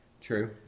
true